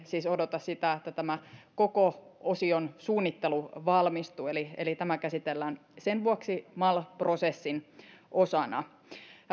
siis odota sitä että tämä koko osion suunnittelu valmistuu tämä käsitellään sen vuoksi mal prosessin osana